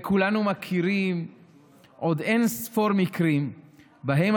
וכולנו מכירים עוד אין-ספור מקרים שבהם